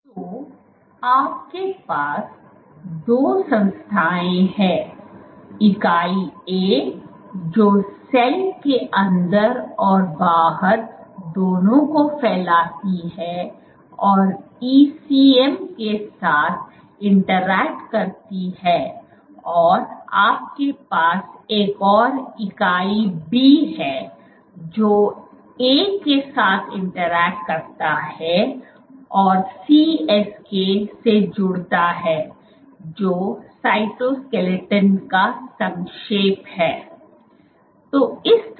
तो आपके पास दो संस्थाएं हैं इकाई A जो सेल के अंदर और बाहर दोनों को फैलाती है और ECM के साथ इंटरैक्ट करती है और आपके पास एक और इकाई B है जो A के साथ इंटरैक्ट करता है और CSK से जुड़ता है जो साइटोस्केलेटन का संक्षेप है